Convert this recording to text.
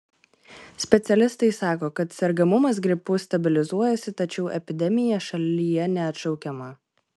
specialistai sako kad sergamumas gripu stabilizuojasi tačiau epidemija šalyje neatšaukiama